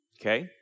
okay